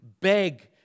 beg